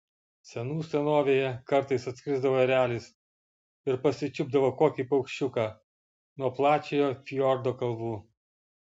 senų senovėje kartais atskrisdavo erelis ir pasičiupdavo kokį paukščiuką nuo plačiojo fjordo kalvų